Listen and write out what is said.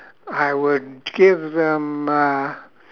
I would give them uh